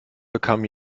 bekam